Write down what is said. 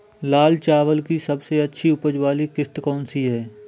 लाल चावल की सबसे अच्छी उपज वाली किश्त कौन सी है?